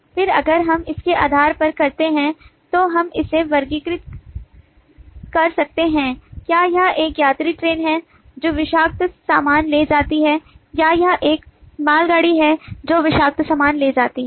फिर अगर हम इसके आधार पर करते हैं तो हम इसे वर्गीकृत कर सकते हैं क्या यह एक यात्री ट्रेन है जो विषाक्त सामान ले जाती है या यह एक मालगाड़ी है जो विषाक्त सामान ले जाती है